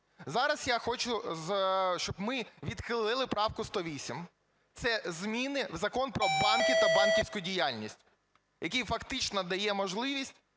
Зараз я хочу, щоб ми відхилили правку 108. Це зміни в Закон "Про банки та банківську діяльність", який фактично дає можливість